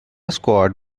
squad